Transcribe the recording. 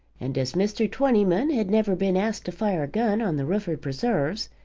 and as mr. twentyman had never been asked to fire a gun on the rufford preserves,